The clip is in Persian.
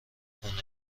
خون